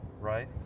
right